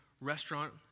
restaurant